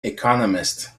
economist